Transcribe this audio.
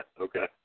okay